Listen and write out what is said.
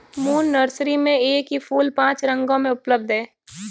moon Nursery में एक ही फूल पांच रंगों में उपलब्ध है